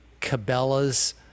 Cabela's